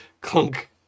clunk